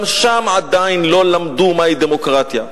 גם שם עדיין לא למדו מהי דמוקרטיה.